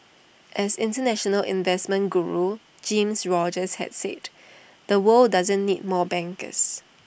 as International investment Guru Jim Rogers has said the world doesn't need more bankers